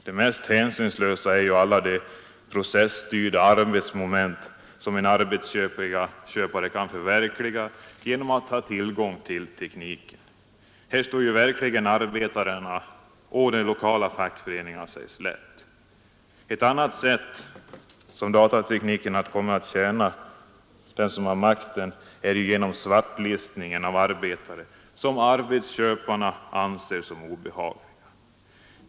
Det mest hänsynslösa är ju alla de processtyrda arbetsmoment som en arbetsköpare kan förverkliga genom att ha tillgång till tekniken. Här står ju verkligen arbetarna och den lokala fackföreningen sig slätt. Ett annat sätt på vilket datatekniken har kommit att tjäna den som har makten är svartlistningen av arbetare som arbetsköparna anser som obehagliga.